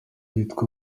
yitwa